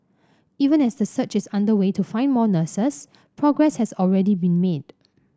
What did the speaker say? even as the search is underway to find more nurses progress has already been made